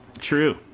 True